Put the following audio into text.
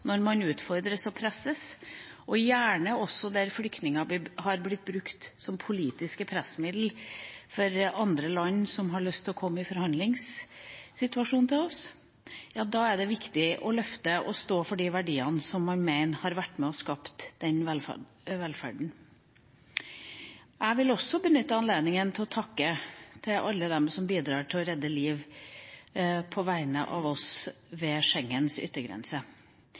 når man utfordres og presses, og gjerne også der flyktninger har blitt brukt som politisk pressmiddel for andre land som har lyst til å komme i forhandlingssituasjon med oss, er det viktig å løfte og stå for de verdiene som man mener har vært med og skapt velferden. Jeg vil også benytte anledninga, på vegne av oss ved Schengens yttergrenser, til å takke alle som bidrar til å redde liv. Vi skal huske på at vi her forholder oss